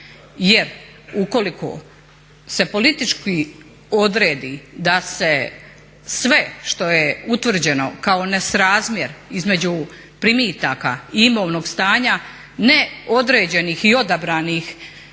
jer ukoliko se politički odredbi da se sve što je utvrđeno kao nesrazmjer između primitaka i imovnog stanja ne određenih i odabranih